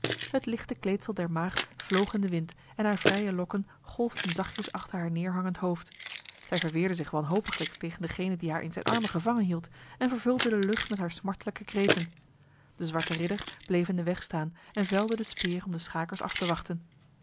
het lichte kleedsel der maagd vloog in de wind en haar vrije lokken golfden zachtjes achter haar neerhangend hoofd zij verweerde zich wanhopiglijk tegen degene die haar in zijn armen gevangen hield en vervulde de lucht met haar smartlijke kreten de zwarte ridder bleef in de weg staan en velde de speer om de schakers af te wachten